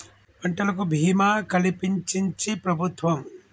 పంటలకు భీమా కలిపించించి ప్రభుత్వం